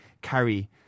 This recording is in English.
carry